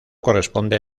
corresponde